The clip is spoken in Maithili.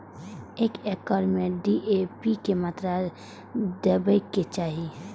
एक एकड़ में डी.ए.पी के मात्रा देबाक चाही?